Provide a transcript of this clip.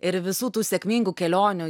ir visų tų sėkmingų kelionių